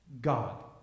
God